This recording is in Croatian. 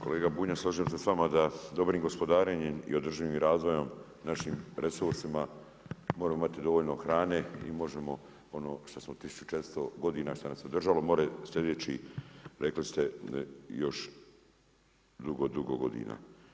Kolega Bunjac, slažem se s vama da dobrim gospodarenjem i održivim razvojem našim resursima moramo imati dovoljno hrane i možemo ono što smo 1400 godina, što nas je držalo, može i sljedećih rekli i još dugo, dugo godina.